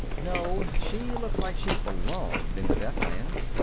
no, she looked like she belonged in the deathlands.